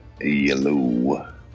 yellow